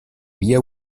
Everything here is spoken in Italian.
via